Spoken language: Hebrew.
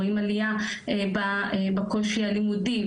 רואים עלייה בקושי הלימודי,